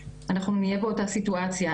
אנחנו נהיה באותה סיטואציה.